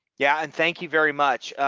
yeah. and thank you very much.